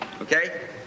okay